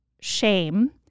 shame